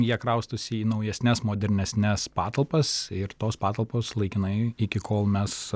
jie kraustosi į naujesnes modernesnes patalpas ir tos patalpos laikinai iki kol mes